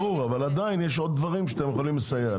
עדיין יש עוד דברים שאתם יכולים לסייע.